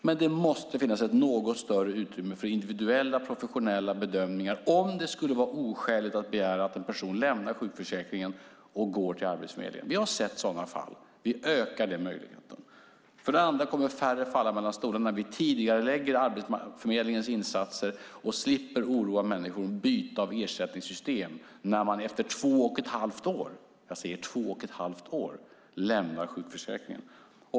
Men det måste finnas ett något större utrymme för individuella professionella bedömningar om det skulle vara oskäligt att begära att en person lämnar sjukförsäkringen och går till Arbetsförmedlingen. Vi har sett sådana fall. Vi ökar den möjligheten. Det är det första. För det andra kommer färre att falla mellan stolarna. Vi tidigarelägger Arbetsförmedlingens insatser och slipper oroa människor med byte av ersättningssystem när de efter två och ett halvt år - jag säger: två och ett halvt år - lämnar sjukförsäkringen.